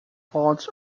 faults